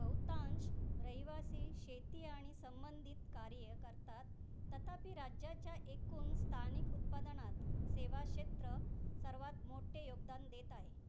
बहुतांश रहिवासी शेती आणि संबंधित कार्य करतात तथापी राज्याच्या एकूण स्थानिक उत्पादनात सेवा क्षेत्र सर्वात मोठे योगदान देत आहे